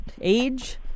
age